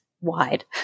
wide